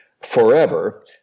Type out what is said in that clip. forever